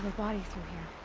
body through here?